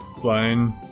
flying